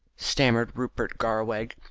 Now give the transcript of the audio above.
stammered rupert garraweg,